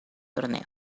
torneo